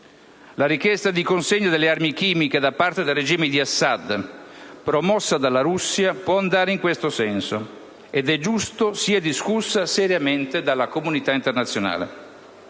La richiesta di consegna delle armi chimiche da parte del regime di Assad, promossa dalla Russia, può andare in questo senso ed è giusto che sia discussa seriamente dalla comunità internazionale.